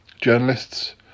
journalists